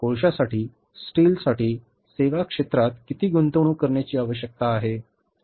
कोळशासाठी स्टीलसाठी सेवाक्षेत्रात किती गुंतवणूक करण्याची आवश्यकता आहे